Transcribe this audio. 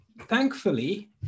Thankfully